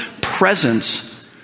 presence